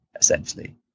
essentially